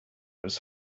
was